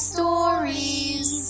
Stories